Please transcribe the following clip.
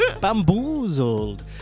Bamboozled